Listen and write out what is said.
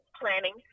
planning –